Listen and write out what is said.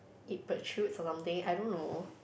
it protrudes or something I don't know